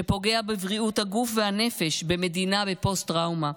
שפוגע בבריאות הגוף והנפש במדינה בפוסט-טראומה,